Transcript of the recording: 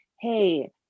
hey